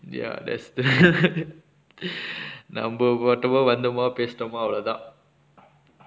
ya that's that நம்ம வந்தோமா வந்தோமா பேசினோமா அவளோதா:nammo vanthomaa vanthomaa pesinomaa avalothaa